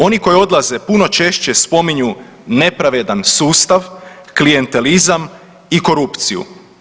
Oni koji odlaze puno češće spominju nepravedan sustav, klijentelizam i korupciju.